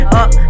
up